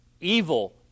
Evil